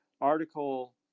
article